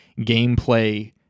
gameplay